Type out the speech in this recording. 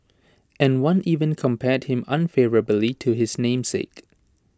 and one even compared him unfavourably to his namesake